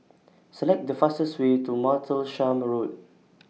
Select The fastest Way to Martlesham Road